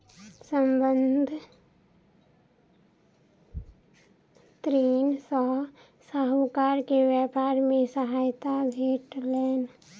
संबंद्ध ऋण सॅ साहूकार के व्यापार मे सहायता भेटलैन